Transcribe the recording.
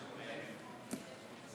שלוש